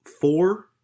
four